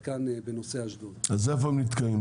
אז איפה נתקעים?